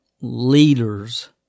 leaders